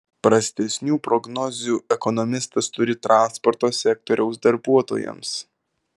prastesnių prognozių ekonomistas turi transporto sektoriaus darbuotojams